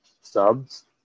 subs